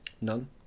none